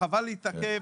חבל להתעכב.